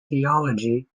theology